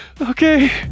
Okay